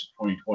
2020